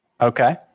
Okay